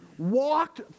walked